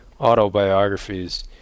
autobiographies